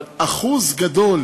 אבל אחוז גדול